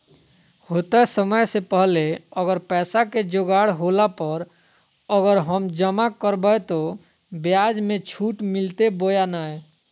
होतय समय से पहले अगर पैसा के जोगाड़ होला पर, अगर हम जमा करबय तो, ब्याज मे छुट मिलते बोया नय?